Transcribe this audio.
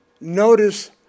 notice